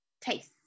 Taste